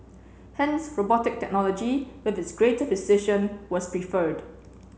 hence robotic technology with its greater precision was preferred